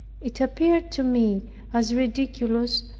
it appeared to me as ridiculous,